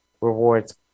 rewards